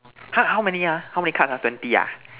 how how many ah how many cards ah twenty ah